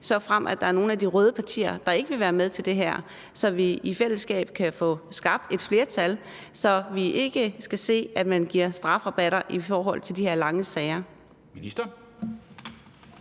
såfremt der er nogle af dem, der ikke vil være med til det her, så vi i fællesskab kan få skabt et flertal, og så vi ikke skal se, at man giver strafrabatter i forhold til de her lange sager.